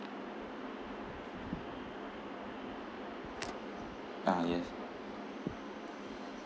ah yes